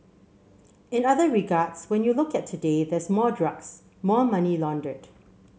in other regards when you look at today there's more drugs more money laundered